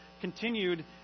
continued